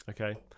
Okay